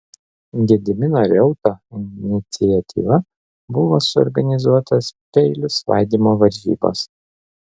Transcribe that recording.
gedimino reuto iniciatyva buvo suorganizuotos peilių svaidymo varžybos